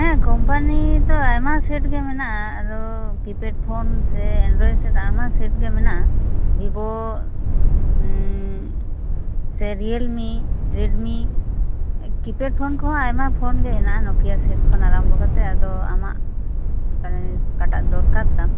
ᱦᱮᱸ ᱠᱚᱢᱯᱟᱱᱤ ᱫᱚ ᱟᱭᱢᱟ ᱥᱮᱴ ᱜᱮ ᱢᱮᱱᱟᱜᱼᱟ ᱟᱫᱚ ᱠᱤᱯᱮᱰ ᱯᱷᱚᱱ ᱥᱮ ᱮᱱᱰᱨᱚᱭᱮᱰ ᱥᱮᱴ ᱟᱭᱢᱟ ᱥᱮᱴ ᱜᱮ ᱢᱮᱱᱟᱜᱼᱟ ᱵᱷᱤᱵᱚ ᱥᱮ ᱨᱤᱭᱮᱞᱢᱤ ᱨᱮᱰᱢᱤ ᱠᱤᱯᱮᱰ ᱯᱷᱳᱱ ᱠᱚᱦᱚᱸ ᱟᱭᱢᱟ ᱯᱷᱳᱱ ᱜᱮ ᱦᱮᱱᱟᱜᱼᱟ ᱱᱚᱠᱤᱭᱟ ᱥᱮᱴ ᱠᱷᱚᱱ ᱟᱨᱚᱢᱵᱚ ᱠᱟᱛᱮ ᱟᱫᱚ ᱟᱢᱟᱜ ᱚᱠᱟᱴᱟᱜ ᱫᱚᱨᱠᱟᱨ ᱛᱟᱢ